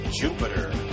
Jupiter